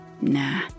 Nah